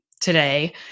today